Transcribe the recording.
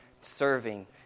Serving